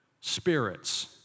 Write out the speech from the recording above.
Spirits